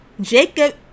Jacob